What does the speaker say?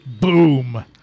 Boom